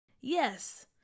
Yes